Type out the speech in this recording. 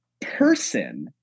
person